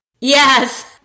Yes